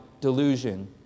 delusion